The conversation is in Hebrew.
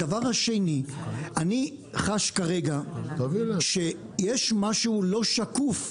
הדבר השני, אני חש כרגע שיש משהו לא שקוף.